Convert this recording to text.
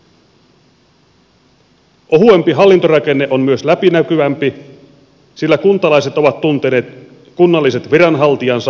ohuempi hallintorakenne on myös läpinäkyvämpi sillä kuntalaiset ovat tunteneet kunnalliset viranhaltijansa ja päinvastoin